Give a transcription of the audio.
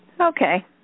Okay